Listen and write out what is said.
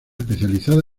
especializada